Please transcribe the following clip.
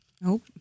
Nope